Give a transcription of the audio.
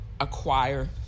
acquire